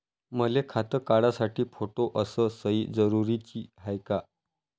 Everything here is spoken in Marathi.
मले खातं काढासाठी फोटो अस सयी जरुरीची हाय का?